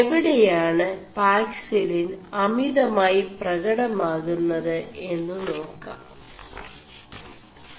ഇനി എവിെടയാണ് പാക്സിലിൻ അമിതമായി 4പകടമാകുMത് എM് േനാ ാം